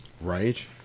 Right